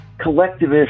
collectivist